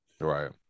right